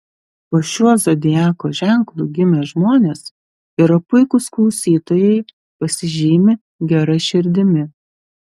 po šiuo zodiako ženklu gimę žmonės yra puikūs klausytojai pasižymi gera širdimi